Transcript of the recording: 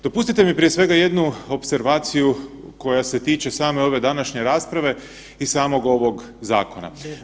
Dopustite mi prije svega jednu opservaciju koja se tiče same ove današnje rasprave i samog ovog zakona.